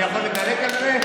אני יכול לדלג על זה?